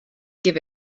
give